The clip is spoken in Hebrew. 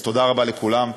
אז תודה רבה לכולם,